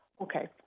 Okay